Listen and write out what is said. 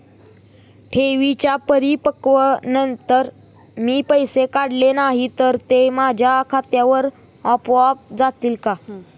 ठेवींच्या परिपक्वतेनंतर मी पैसे काढले नाही तर ते माझ्या खात्यावर आपोआप जातील का?